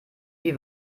die